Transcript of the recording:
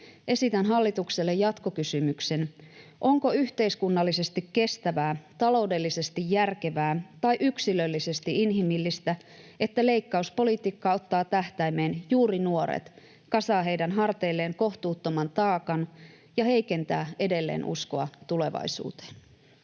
Esitän hallitukselle jatkokysymyksen: onko yhteiskunnallisesti kestävää, taloudellisesti järkevää tai yksilöllisesti inhimillistä, että leikkauspolitiikka ottaa tähtäimeen juuri nuoret, kasaa heidän harteilleen kohtuuttoman taakan ja heikentää edelleen uskoa tulevaisuuteen?